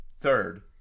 Third